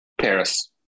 paris